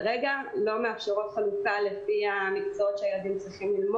מאפשרות חלוקה לפי המקצועות שהילדים צריכים ללמוד,